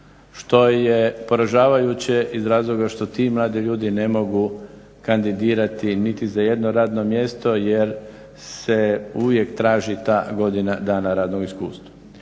što je poražavajuće iz razloga što ti mladi ljudi ne mogu kandidirati niti za jedno radno mjesto jer se uvijek traži ta godina dana radnog iskustva.